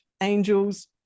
angels